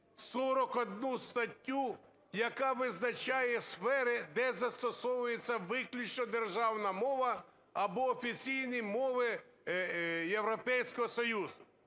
41 статтю, яка визначає сфери, де застосовується виключно державна мова або офіційні мови Європейського Союзу.